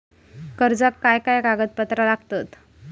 कर्जाक काय काय कागदपत्रा लागतत?